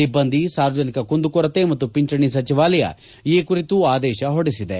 ಸಿಬ್ಲಂದಿ ಸಾರ್ವಜನಿಕ ಕುಂದುಕೊರತೆ ಮತ್ತು ಪಿಂಚಣಿ ಸಚಿವಾಲಯ ಈ ಕುರಿತು ಆದೇಶ ಹೊರಡಿಸಿದೆ